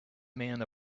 man